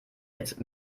jetzt